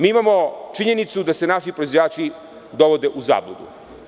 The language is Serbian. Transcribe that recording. Mi imamo činjenicu da se naši proizvođači dovode u zabludu.